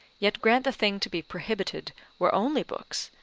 yet grant the thing to be prohibited were only books,